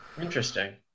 Interesting